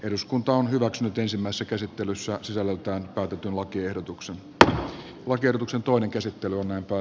eduskunta on hyväksynyt ensimmässa käsittelyssä sisällöltään käytetyn lakiehdotuksen että lakiehdotuksen toinen käsittely on helppoa